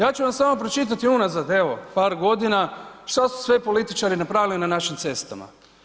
Ja ću vam samo pročitati unazad evo par godina šta su sve političari napravili na našim cestama.